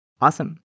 awesome